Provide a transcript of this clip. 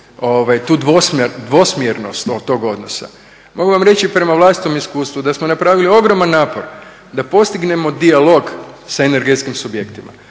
tu dvosmjernost tog odnosa. Mogu vam reći prema vlastitom iskustvu da smo napravili ogroman napor da postignemo dijalog sa energetskim subjektima.